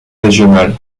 régional